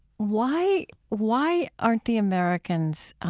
why why aren't the americans